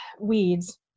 weeds